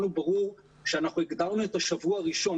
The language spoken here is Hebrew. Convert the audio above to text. לנו ברור שאנחנו הגדרנו את השבוע הראשון,